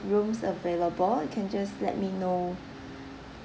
rooms available you can just let me know